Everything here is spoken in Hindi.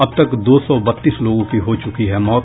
अब तक दो सौ बत्तीस लोगों की हो चुकी है मौत